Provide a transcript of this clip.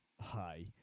Hi